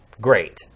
great